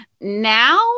Now